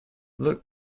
look